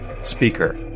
Speaker